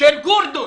של רדוס,